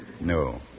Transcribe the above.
No